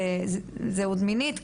זהות מינית.